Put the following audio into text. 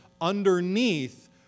underneath